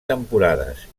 temporades